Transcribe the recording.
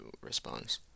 response